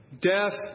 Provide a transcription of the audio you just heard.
Death